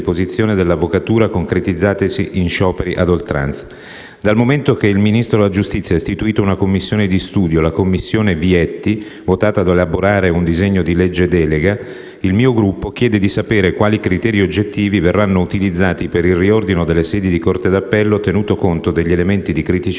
Dal momento che il Ministero della giustizia ha istituito una commissione di studio, la commissione Vietti, volta a elaborare un disegno di legge delega, il mio Gruppo chiede di sapere quali criteri oggettivi verranno utilizzati per il riordino delle sedi di corte d'appello, tenuto conto degli elementi di criticità già evidenziati nella precedente riorganizzazione